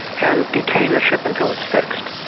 and detain the ship until it's fixed.